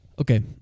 okay